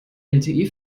lte